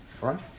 right